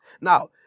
Now